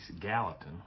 Gallatin